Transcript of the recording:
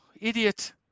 Idiot